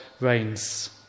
reigns